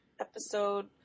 Episode